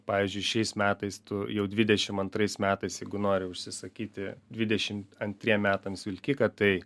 pavyzdžiui šiais metais tu jau dvidešim antrais metais jeigu nori užsisakyti dvidešim antriem metams vilkiką tai